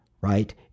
right